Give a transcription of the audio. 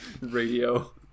Radio